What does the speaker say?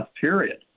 period